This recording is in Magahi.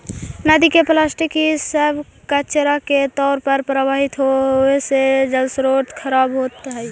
नदि में प्लास्टिक इ सब कचड़ा के तौर पर प्रवाहित होवे से जलस्रोत खराब होइत हई